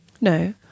No